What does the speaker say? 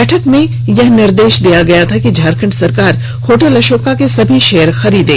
बैठक में यह निर्देश दिया गया था कि झारखंड सरकार होटल अशोका के सभी शेयर खरीदे